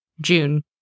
June